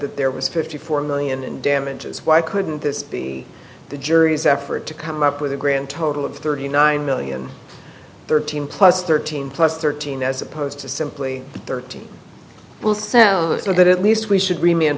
that there was fifty four million in damages why couldn't this be the jury's effort to come up with a grand total of thirty nine million thirteen plus thirteen plus thirteen as opposed to simply thirteen so that at least we should rem